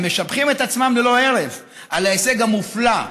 הם משבחים את עצמם ללא הרף על ההישג המופלא.